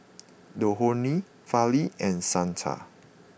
Dhoni Fali and Santha